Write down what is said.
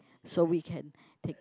so we can take